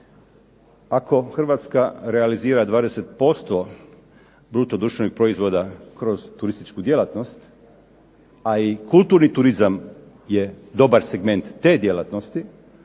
ako Hrvatska realizira 20% bruto društvenog proizvoda kroz turističku djelatnost a i kulturni turizam je dobar segment te djelatnosti,